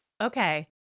Okay